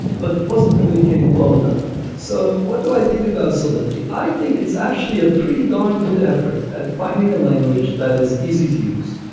but it wasn't communicated well enough so what do i think about solidity? i think it's actually a pretty darn good effort at finding a language that is easy to use.